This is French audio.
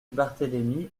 barthélémy